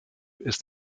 ist